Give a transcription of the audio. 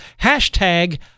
hashtag